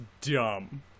dumb